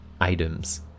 items